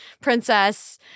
Princess